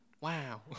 Wow